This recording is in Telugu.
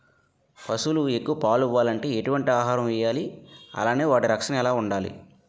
పశువులు ఎక్కువ పాలు ఇవ్వాలంటే ఎటు వంటి ఆహారం వేయాలి అలానే వాటి రక్షణ ఎలా వుండాలి?